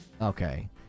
Okay